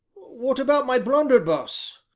what about my blunderbuss?